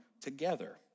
together